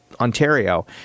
Ontario